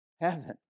heaven